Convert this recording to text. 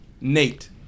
Nate